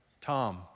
Tom